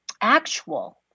actual